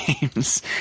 games